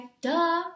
Duh